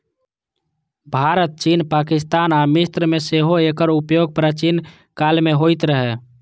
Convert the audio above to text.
भारत, चीन, पाकिस्तान आ मिस्र मे सेहो एकर उपयोग प्राचीन काल मे होइत रहै